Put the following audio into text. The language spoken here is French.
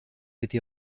été